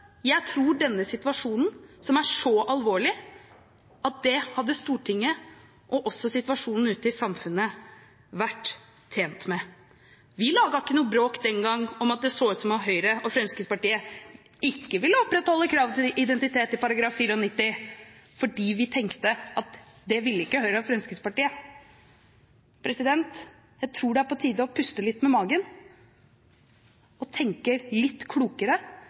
Jeg tror at i denne situasjonen, som er så alvorlig, hadde Stortinget og situasjonen ute i samfunnet vært tjent med det. Vi laget ikke noe bråk den gang om at det så ut som om Høyre og Fremskrittspartiet ikke ville opprettholde kravet til identitet i § 94, fordi vi tenkte at det ville ikke Høyre og Fremskrittspartiet. Jeg tror det er på tide å puste litt med magen og tenke litt klokere.